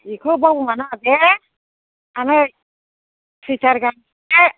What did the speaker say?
इखौ बावनो नाङा दे आनै सुइटार गांसे